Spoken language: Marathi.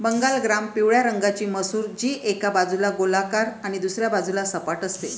बंगाल ग्राम पिवळ्या रंगाची मसूर, जी एका बाजूला गोलाकार आणि दुसऱ्या बाजूला सपाट असते